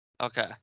Okay